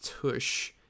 Tush